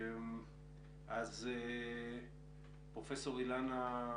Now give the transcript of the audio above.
אז פרופ' אילנה בלמקר,